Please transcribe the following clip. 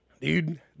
dude